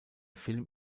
film